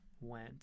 went